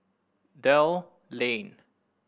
Dell Lane